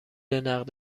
نقد